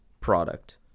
product